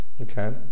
okay